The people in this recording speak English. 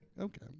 Okay